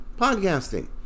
podcasting